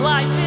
Life